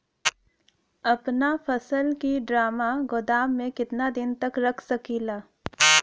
अपना फसल की ड्रामा गोदाम में कितना दिन तक रख सकीला?